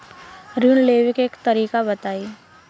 ऋण लेवे के तरीका बताई?